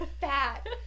fat